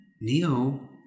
Neo